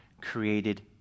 created